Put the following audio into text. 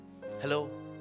Hello